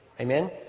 Amen